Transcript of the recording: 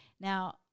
now